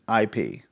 IP